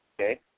Okay